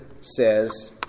says